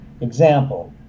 example